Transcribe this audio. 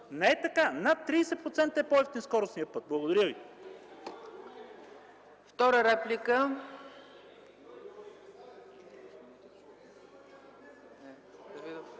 Не е така – над 30% е по евтин скоростният път. Благодаря Ви.